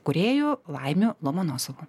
kūrėju laimiu lomonosovu